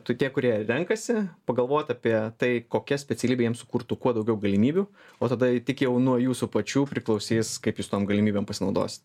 tu tie kurie renkasi pagalvot apie tai kokia specialybė jiems sukurtų kuo daugiau galimybių o tada tik jau nuo jūsų pačių priklausys kaip jūs tom galimybėm pasinaudosit